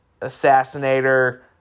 assassinator